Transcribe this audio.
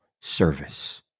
service